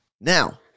Now